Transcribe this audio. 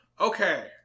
okay